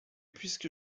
puisque